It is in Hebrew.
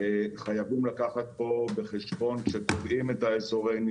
אני שומעת את ההערה של המשטרה,